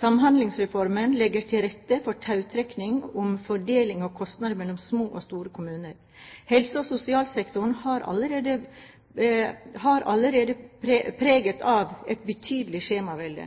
Samhandlingsreformen legger til rette for tautrekking om fordeling av kostnader mellom små og store kommuner. Helse- og sosialsektoren er allerede preget av et betydelig skjemavelde.